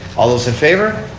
all those in favor.